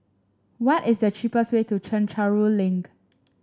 why is the cheapest way to Chencharu Link